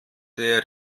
der